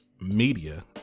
media